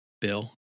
Bill